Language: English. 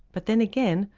but then again,